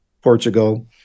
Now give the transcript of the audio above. Portugal